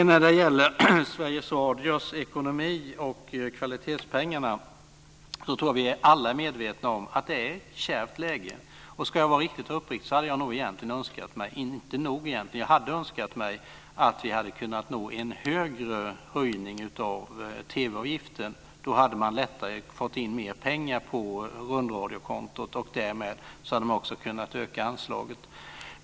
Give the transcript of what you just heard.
När det gäller Sveriges Radios ekonomi och kvalitetspengarna så tror jag att vi alla är medvetna om att läget är kärvt. Ska jag vara riktigt uppriktig så hade jag önskat mig att vi hade kunnat nå en högre höjning av TV-avgiften. Då hade man lättare fått in mer pengar på rundradiokontot, och därmed också kunnat öka anslaget.